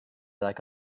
like